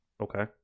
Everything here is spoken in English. Okay